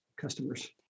customers